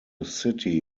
city